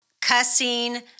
cussing